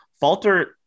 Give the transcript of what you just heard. Falter